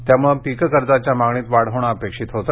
त्यामुळे पीक कर्जाच्या मागणीत वाढ होणे अपेक्षित होते